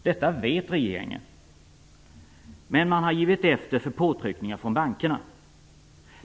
Detta vet regeringen, men man har givit efter för påtryckningar från bankerna.